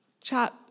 chat